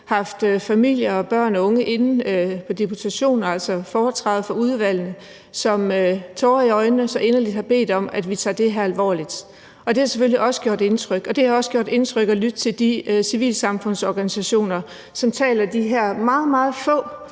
haft familier og børn og unge inde i deputation, altså i foretræde for udvalget, som med tårer i øjnene så inderligt har bedt om, at vi tager det her alvorligt, og det har selvfølgelig også gjort indtryk. Det har også gjort indtryk at lytte til de civilsamfundsorganisationer, som taler de her meget, meget få